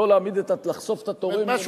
לא לחשוף את התורם למשהו